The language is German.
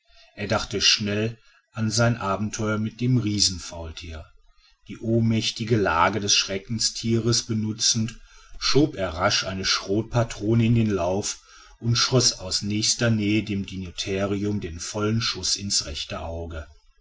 er dachte schnell an sein abenteuer mit dem riesenfaultier die ohnmächtige lage des schreckenstieres benutzend schob er rasch eine scrot patrone in den lauf und schoß aus nächster nähe dem dinotherium den vollen schuß ins rechte auge